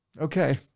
Okay